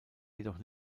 jedoch